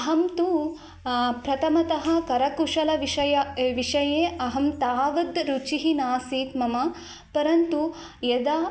अहं तु प्रथमतः करकुशलविषये विषये अहं तावद् रुचिः नासीत् मम परन्तु यदा